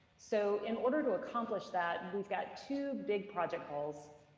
so in order to accomplish that and we've got two big project goals,